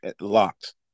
locked